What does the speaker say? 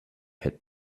had